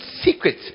secret